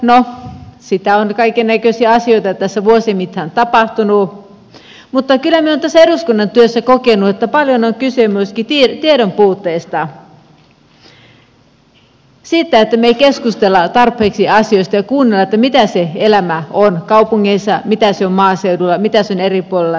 no sitä on kaikennäköisiä asioita tässä vuosien mittaan tapahtunut mutta kyllä minä olen tässä eduskunnan työssä kokenut että paljon on kyse myöskin tiedon puutteesta siitä että me emme keskustele tarpeeksi asioista ja kuuntele mitä se elämä on kaupungeissa mitä se on maaseudulla mitä se on eri puolilla suomea